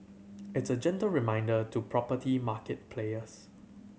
it's a gentle reminder to property market players